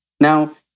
Now